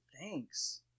thanks